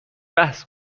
بحث